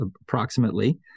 approximately